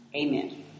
Amen